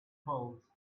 polls